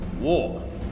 War